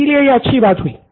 इसलिए यह अच्छी बात हुई